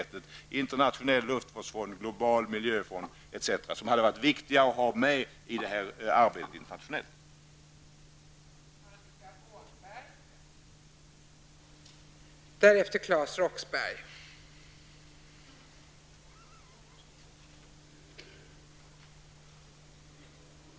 Det gäller frågorna om en internationell luftvårdsfond, en global miljöfond etc., frågor som hade varit viktiga att ha med i det internationella arbetet.